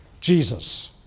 Jesus